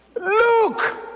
Look